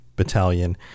Battalion